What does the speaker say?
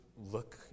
Look